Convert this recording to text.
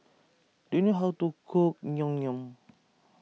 do you know how to cook Naengmyeon